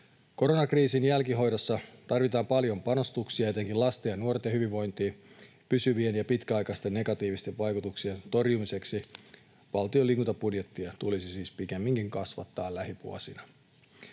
Koronakriisin jälkihoidossa tarvitaan paljon panostuksia etenkin lasten ja nuorten hyvinvointiin pysyvien ja pitkäaikaisten negatiivisten vaikutuksien torjumiseksi. Valtion liikuntabudjettia tulisi siis pikemminkin kasvattaa lähivuosina.